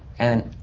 and.